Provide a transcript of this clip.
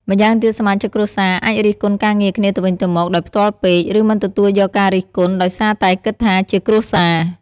ម្យ៉ាងទៀត សមាជិកគ្រួសារអាចរិះគន់ការងារគ្នាទៅវិញទៅមកដោយផ្ទាល់ពេក ឬមិនទទួលយកការរិះគន់ ដោយសារតែគិតថាជាគ្រួសារ។